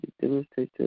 demonstrate